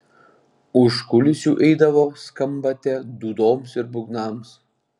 už kulisių eidavo skambate dūdoms ir būgnams